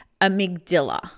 amygdala